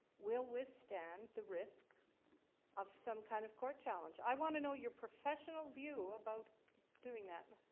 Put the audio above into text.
will withstand the risk of some kind of court challenge? i want to know your professional view about doing that.